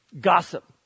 gossip